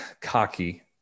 cocky